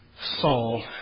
Saul